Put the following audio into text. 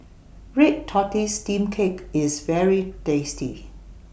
Red Tortoise Steamed Cake IS very tasty